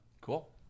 Cool